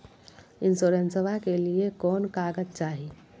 इंसोरेंसबा के लिए कौन कागज चाही?